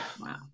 wow